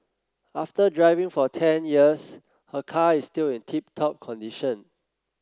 after driving for ten years her car is still in tip top condition